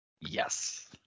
Yes